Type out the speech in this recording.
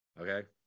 Okay